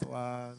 (באמצעות מצגת)